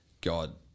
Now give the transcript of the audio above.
God